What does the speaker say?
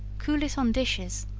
cool it on dishes,